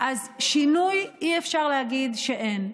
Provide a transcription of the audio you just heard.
אז שינוי, אי-אפשר להגיד שאין.